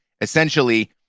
essentially